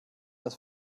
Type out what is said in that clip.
das